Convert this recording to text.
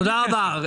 תודה רבה.